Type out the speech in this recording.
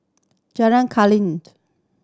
Jalan